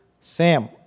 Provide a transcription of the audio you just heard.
Sam